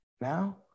now